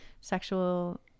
sexual